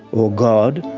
or god,